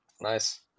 Nice